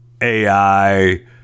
AI